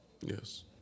Yes